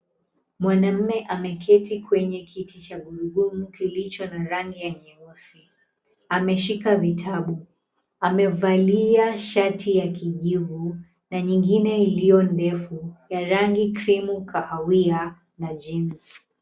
Mwanamme ameketi kwenye kiti cha gurudumu kilicho na rangi ya nyeusi, ameshika vitabu. Amevalia shati ya kijivu na nyingine iliyo ndefu ya rangi krimu kahawia na jeans .